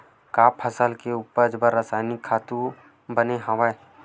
का फसल के उपज बर रासायनिक खातु बने हवय?